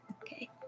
Okay